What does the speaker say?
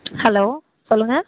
hello சொல்லுங்கள்